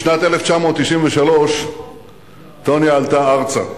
בשנת 1993 עלתה טוניה ארצה.